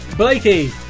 Blakey